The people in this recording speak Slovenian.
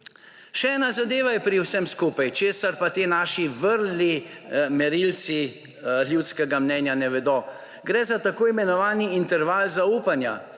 Še ena zadeva je pri vsem skupaj, česar pa ti naši vrli merilci ljudskega mnenja ne vedo. Gre za tako imenovani interval zaupanja.